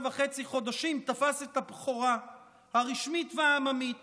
וחצי חודשים תפס את הבכורה הרשמית והעממית